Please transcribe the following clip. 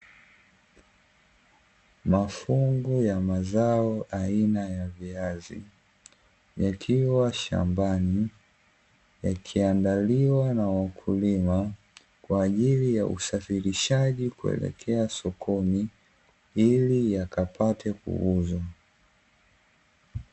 Mafungu ya mazao aina ya viazi yakiwa shambani, yakiandaliwa na wakulima kwa ajili ya usafirishaji kuelekea sokoni, ili yakapate kuuzwa.